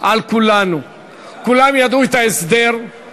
כל חברי הכנסת, תפסו את מקומותיהם.